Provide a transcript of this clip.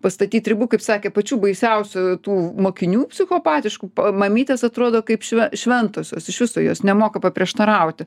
pastatyt ribų kaip sakė pačių baisiausių tų mokinių psichopatiškų mamytės atrodo kaip šve šventosios iš viso jos nemoka paprieštarauti